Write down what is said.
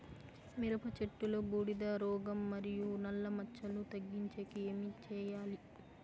మిరప చెట్టులో బూడిద రోగం మరియు నల్ల మచ్చలు తగ్గించేకి ఏమి చేయాలి?